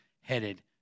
headed